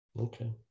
Okay